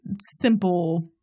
simple